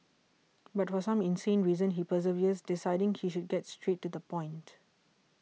but for some insane reason he perseveres deciding he should get straight to the point